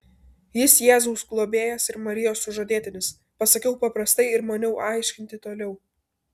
jis jėzaus globėjas ir marijos sužadėtinis pasakiau paprastai ir maniau aiškinti toliau